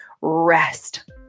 rest